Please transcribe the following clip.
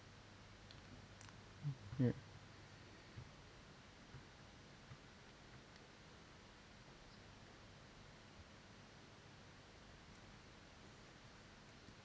ya